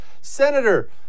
Senator